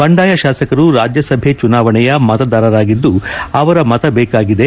ಬಂಡಾಯ ಶಾಸಕರು ರಾಜ್ಯಸಭೆ ಚುನಾವಣೆಯ ಮತದಾರರಾಗಿದ್ಲುಅವರ ಮತ ಬೇಕಾಗಿದೆ